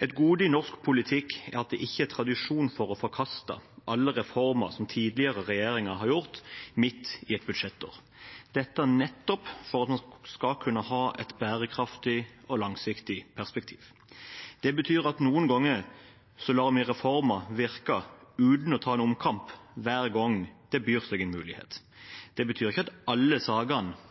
Et gode i norsk politikk er at det ikke er tradisjon for å forkaste alle reformer som tidligere regjeringer har gjort, midt i et budsjettår. Det er nettopp for at man skal kunne ha et bærekraftig og langsiktig perspektiv. Det betyr at noen ganger lar vi reformer virke uten å ta en omkamp hver gang det byr seg en mulighet. Det betyr ikke at alle sakene